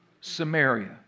Samaria